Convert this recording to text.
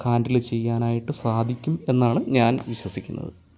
handle ചെയ്യാനായിട്ട് സാധിക്കും എന്നാണ് ഞാൻ വിശ്വസിക്കുന്നത്